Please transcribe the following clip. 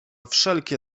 wszelkie